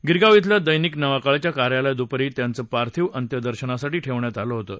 गिरगाव अल्या दर्शिक नवाकाळच्या कार्यालयात दुपारी त्यांचं पार्थिव अंत्यदर्शनासाठी ठेवण्यात आलं होतं